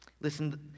Listen